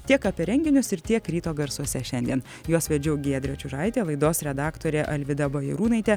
tiek apie renginius ir tiek ryto garsuose šiandien juos vedžiau giedrė čiužaitė laidos redaktorė alvyda bajarūnaitė